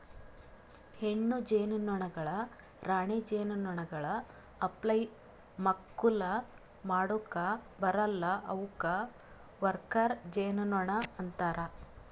ಹೆಣ್ಣು ಜೇನುನೊಣಗೊಳ್ ರಾಣಿ ಜೇನುನೊಣಗೊಳ್ ಅಪ್ಲೆ ಮಕ್ಕುಲ್ ಮಾಡುಕ್ ಬರಲ್ಲಾ ಅವುಕ್ ವರ್ಕರ್ ಜೇನುನೊಣ ಅಂತಾರ